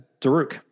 Daruk